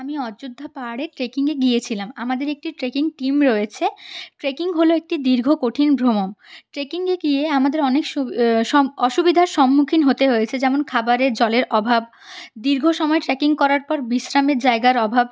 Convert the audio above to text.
আমি অযোধ্যা পাহাড়ে ট্রেকিংয়ে গিয়েছিলাম আমাদের একটি ট্রেকিং টিম রয়েছে ট্রেকিং হল একটি দীর্ঘ কঠিন ভ্রমণ ট্রেকিংয়ে গিয়ে আমাদের অনেক অসুবিধার সম্মুখীন হতে হয়েছে যেমন খাবারের জলের অভাব দীর্ঘ সময় ট্রেকিং করার পর বিশ্রামের জায়গার অভাব